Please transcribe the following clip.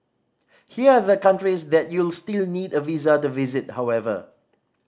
here are the countries that you'll still need a visa to visit however